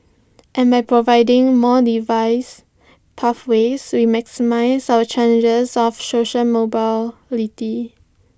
and by providing more device pathways we maximise our challenges of social mobility